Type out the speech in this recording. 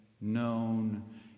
known